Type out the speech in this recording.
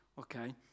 Okay